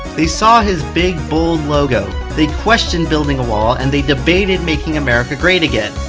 they saw his big, bold logo, they questioned building a wall, and they debated making america great again.